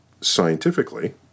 scientifically